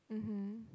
mmhmm